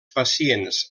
pacients